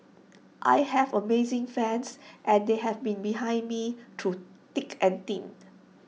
I have amazing fans and they have been behind me through thick and thin